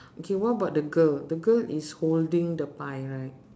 okay what about the girl the girl is holding the pie right